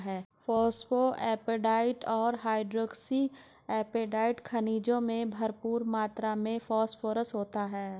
phosphoapatite और hydroxy apatite खनिजों में भरपूर मात्र में फोस्फोरस होता है